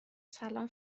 سلام